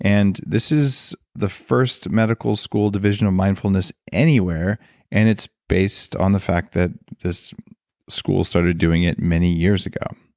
and healthcare. this is the first medical school division of mindfulness anywhere and it's based on the fact that this school started doing it many years ago.